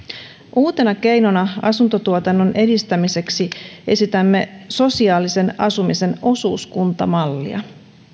uutena keinona asuntotuotannon edistämiseksi esitämme sosiaalisen asumisen osuuskuntamallia